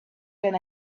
than